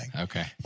Okay